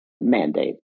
mandate